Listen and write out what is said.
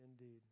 indeed